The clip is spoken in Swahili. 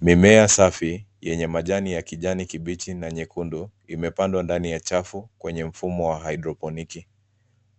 Mimea safi yenye majani ya kijani kibichi na nyekundu imepandwa ndani ya chafu kwenye mfumo wa hydroponiki.